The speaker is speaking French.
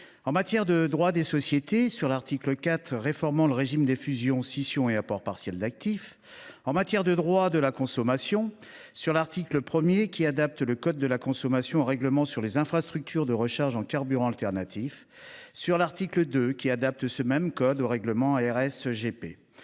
en matière de droit des sociétés à l’article 4 réformant le régime des fusions, scissions et apports partiels d’actifs ou en matière de droit de la consommation, à l’article 1, qui adapte le code de la consommation au règlement sur le déploiement d’une infrastructure pour carburants alternatifs et à l’article 2, qui adapte ce même code au règlement sur